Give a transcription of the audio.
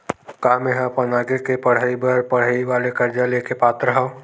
का मेंहा अपन आगे के पढई बर पढई वाले कर्जा ले के पात्र हव?